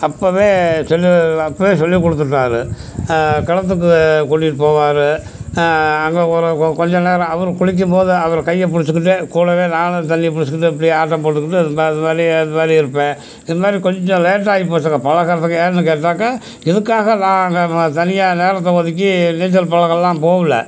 அப்போவே சொல்லி அப்போவே சொல்லிக் கொடுத்துட்டாரு கிணத்துக்கு கூட்டிகிட்டு போவார் அங்கே ஒரு ஒரு கொஞ்ச நேரம் அவர் குளிக்கும்போது அவர் கையை பிடிச்சுக்கிட்டு கூடவே நானும் கையை பிடிச்சுக்கிட்டே இப்படியே ஆட்டம் போட்டுக்கிட்டு அது மா அது மாதிரி அது மாதிரியே இருப்பேன் இது மாதிரி கொஞ்சம் லேட்டாகி போச்சுங்க பழகறத்துக்கே ஏன்னெனு கேட்டாக்கால் இதுக்காக நாங்கள் தனியாக நேரத்தை ஒதுக்கி நீச்சல் பழக்கெல்லாம் போகல